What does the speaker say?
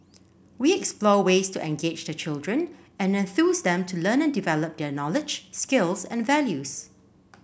we explore ways to engage the children and enthuse them to learn and develop their knowledge skills and values